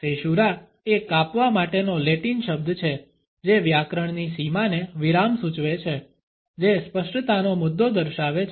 સેશૂરા એ કાપવા માટેનો લેટિન શબ્દ છે જે વ્યાકરણની સીમાને વિરામ સૂચવે છે જે સ્પષ્ટતાનો મુદ્દો દર્શાવે છે